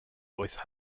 voice